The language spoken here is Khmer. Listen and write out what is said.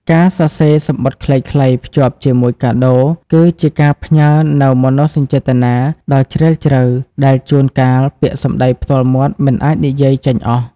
ការសរសេរសំបុត្រខ្លីៗភ្ជាប់ជាមួយកាដូ គឺជាការផ្ញើនូវមនោសញ្ចេតនាដ៏ជ្រាលជ្រៅ ដែលជួនកាលពាក្យសម្ដីផ្ទាល់មាត់មិនអាចនិយាយចេញអស់។